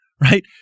right